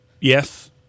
Yes